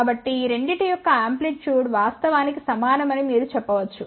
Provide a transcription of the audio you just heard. కాబట్టి ఈ రెండింటి యొక్క ఆంప్లిట్యూడ్ వాస్తవానికి సమానమని మీరు చెప్పవచ్చు